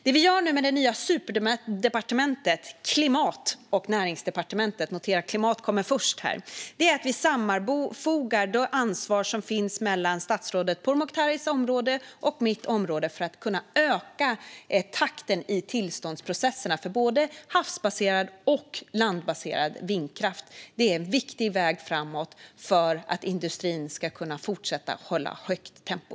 Det vi gör nu med det nya superdepartementet Klimat och näringsdepartementet - notera att "klimat" kommer först här - är att vi sammanfogar det ansvar som finns mellan statsrådet Pourmokhtaris område och mitt område för att kunna öka takten i tillståndsprocesserna för både havsbaserad och landbaserad vindkraft. Det är en viktig väg framåt för att industrin ska kunna fortsätta att hålla ett högt tempo.